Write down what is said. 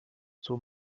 zur